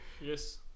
yes